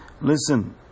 listen